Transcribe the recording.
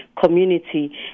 community